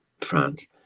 France